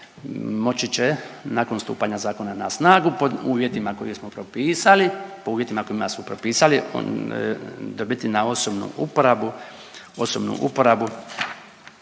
moći će nakon stupanja zakona na snagu pod uvjetima koje smo propisali po uvjetima kojima smo propisali dobiti na osobnu uporabu